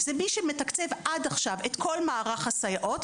זה מי שמתקצב עד עכשיו את כל מערך הסייעות,